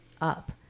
up